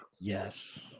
yes